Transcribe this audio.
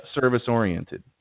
service-oriented